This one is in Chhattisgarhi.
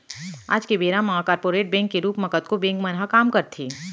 आज के बेरा म कॉरपोरेट बैंक के रूप म कतको बेंक मन ह काम करथे